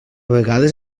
vegades